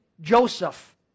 Joseph